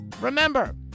remember